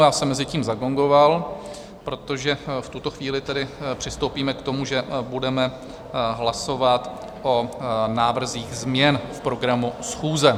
Já jsem mezitím zagongoval, protože v tuto chvíli přistoupíme k tomu, že budeme hlasovat o návrzích změn programu schůze.